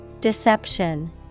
Deception